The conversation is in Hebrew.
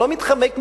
אני לא מתחמק מזה,